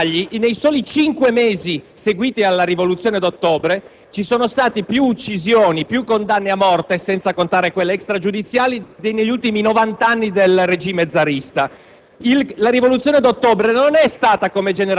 Per ricordare alcuni dettagli, nei soli cinque mesi seguiti alla Rivoluzione d'ottobre ci sono state più uccisioni e più condanne a morte, senza contare quelle extragiudiziali, che negli ultimi novanta anni del regime zarista.